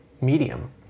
medium